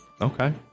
Okay